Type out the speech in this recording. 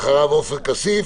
ואחריו עופר כסיף,